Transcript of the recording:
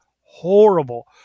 horrible